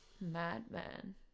Madman